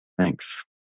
Thanks